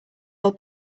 all